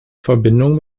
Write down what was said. verbindung